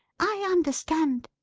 i understand!